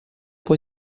può